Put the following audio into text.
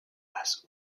basses